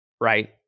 right